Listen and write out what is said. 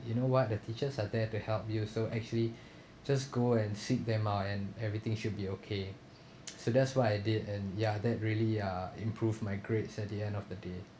you know what the teachers are there to help you so actually just go and seek them out and everything should be okay so that's why I did and ya that really uh improve my grades at the end of the day